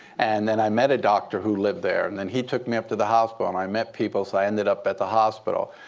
and then i met a doctor who lived there. and then he took me up to the hospital. and i met people. so i ended up at the hospital.